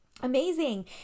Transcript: Amazing